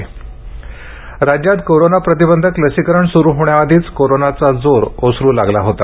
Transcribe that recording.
Covid राज्यात corona प्रतिबंधक लसीकरण सुरू होण्याआधीच कोरोनाचा जोर ओसरू लागला होता